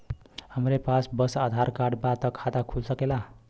हमरे पास बस आधार कार्ड बा त खाता खुल सकेला?